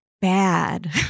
bad